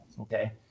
Okay